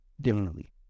differently